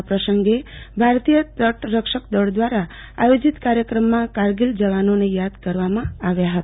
આ પ્રસંગે ભારતી તટરક્ષક દળ દ્રારા આયોજીત કાર્યક્રમમાં કારગીલના જવાનોને યાદ કરવામાં આવ્યા હતો